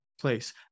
place